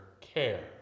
care